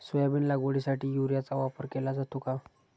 Soybean लागवडीसाठी युरियाचा वापर केला जातो का?